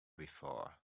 before